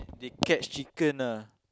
they catch chicken ah